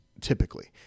typically